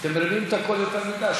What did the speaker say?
אתן מרימות את הקול יותר מדי.